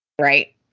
Right